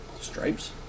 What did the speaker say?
Stripes